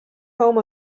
home